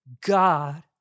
God